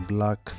Black